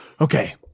Okay